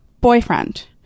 boyfriend